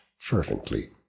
fervently